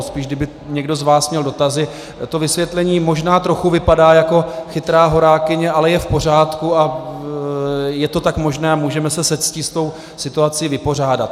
Spíš kdyby někdo z vás měl dotazy, tak to vysvětlení možná trochu vypadá jako chytrá horákyně, ale je v pořádku a je to tak možné a můžeme se se ctí s tou situací vypořádat.